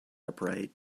upright